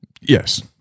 Yes